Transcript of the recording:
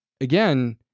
again